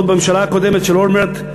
עוד בממשלה הקודמת של אולמרט,